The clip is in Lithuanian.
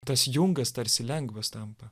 tas jungas tarsi lengvas tampa